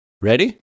Ready